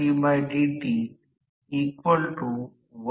ns n कारण rotor च्या बाबतीत संबंधित गती